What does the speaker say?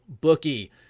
bookie